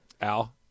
al